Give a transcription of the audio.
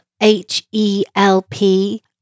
H-E-L-P